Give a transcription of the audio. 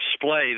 display